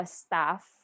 staff